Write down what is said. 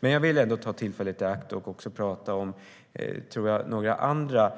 Men jag vill ta tillfället i akt att också prata om några andra